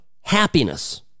happiness